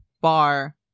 bar